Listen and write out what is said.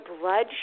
blood